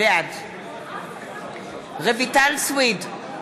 בעד רויטל סויד,